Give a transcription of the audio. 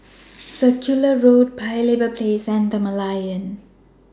Circular Road Paya Lebar Place and The Merlion